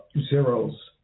zeros